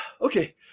Okay